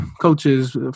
coaches